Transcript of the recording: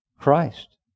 Christ